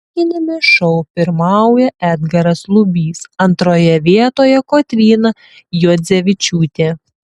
muzikiniame šou pirmauja edgaras lubys antroje vietoje kotryna juodzevičiūtė